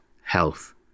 health